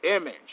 Image